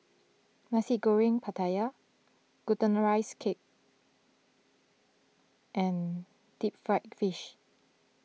Nasi Goreng Pattaya Glutinous Rice Cake and Deep Fried Fish